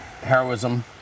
Heroism